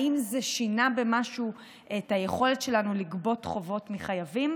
האם זה שינה במשהו את היכולת שלנו לגבות חובות מחייבים?